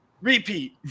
Repeat